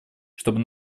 чтобы